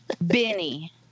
benny